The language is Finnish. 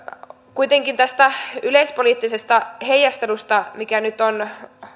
kuitenkin tästä yleispoliittisesta heijastelusta mikä nyt on